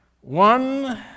one